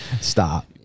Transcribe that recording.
stop